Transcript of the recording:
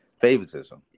favoritism